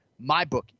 MyBookie